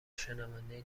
شنونده